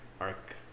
Arc